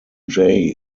jay